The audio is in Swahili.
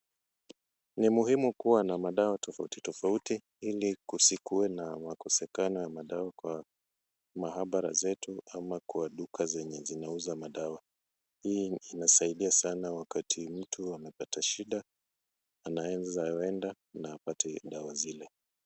Ni muhimu kuwa na dawa tofauti tofauti ili kusikuwe na makosekano ya madawa kwa maabara zetu ama kwa duka zenye zinauza madawa. Hii inasaidia sana wakati mtu anapata shida, anaeza enda na apate dawa zile.